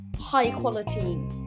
high-quality